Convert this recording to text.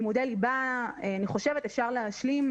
אני חושבת שלימודי ליבה אפשר להשלים,